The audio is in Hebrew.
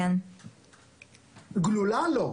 גלולה לא.